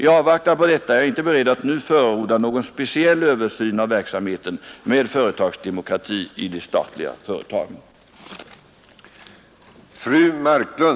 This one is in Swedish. I avvaktan på detta är jag inte beredd att nu förorda någon speciell översyn av verksamheten med företagsdemokrati i de statliga företagen.